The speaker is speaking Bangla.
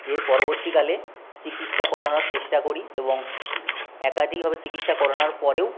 এর পরবর্তীকালে চিকিৎসা করানোর চেষ্টা করি এবং একাধিকভাবে চিকিৎসা করানোর পরেও